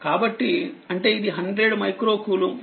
కాబట్టి అంటేఇది100మైక్రో కూలుంబ్